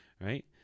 Right